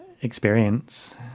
experience